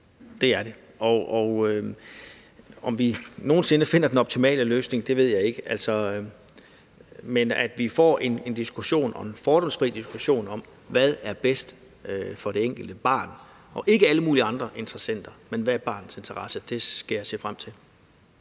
Det er det. Om vi nogen sinde finder den optimale løsning, ved jeg ikke. Men at vi får en diskussion – og en fordomsfri diskussion – om, hvad der er bedst for det enkelte barn og ikke alle mulige andre interessenter, men hvad barnets interesse er, ser jeg frem til.